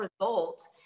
result